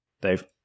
Dave